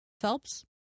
Phelps